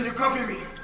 and copy me?